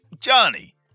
Johnny